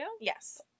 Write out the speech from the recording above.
Yes